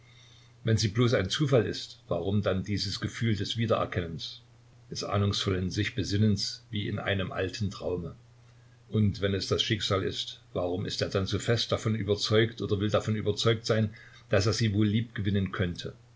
wenn sie bloß ein zufall ist warum dann dieses gefühl des wiedererkennens des ahnungsvollen sichbesinnens wie in einem alten traume und wenn es das schicksal ist warum ist er dann so fest davon überzeugt oder will davon überzeugt sein daß er sie wohl liebgewinnen könnte